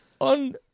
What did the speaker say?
on